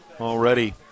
Already